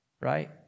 Right